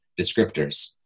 descriptors